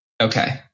okay